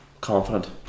confident